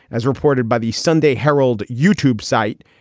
as reported by the sunday herald youtube site,